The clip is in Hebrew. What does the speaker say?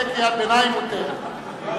זה קריאת ביניים מותרת.